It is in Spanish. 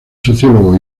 sociólogo